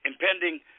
impending